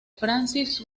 francis